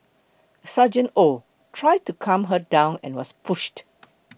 Sergeant Oh tried to calm her down and was pushed